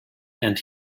and